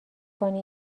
کنی